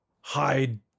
hide